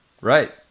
Right